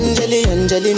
Angelina